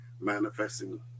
manifesting